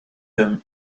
him